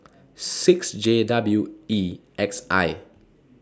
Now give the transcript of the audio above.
six J W E X I